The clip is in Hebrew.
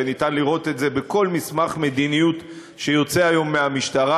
ואפשר לראות את זה בכל מסמך מדיניות שיוצא היום מהמשטרה,